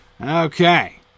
Okay